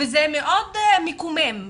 זה מאוד מקומם.